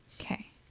Okay